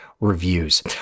reviews